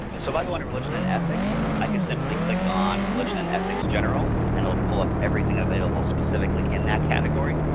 so if i go under and religion and ethics, i can simply click on religion and ethics general and it will pull up everything available specifically in that category.